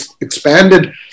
expanded